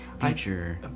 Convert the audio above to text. future